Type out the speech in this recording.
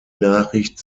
nachricht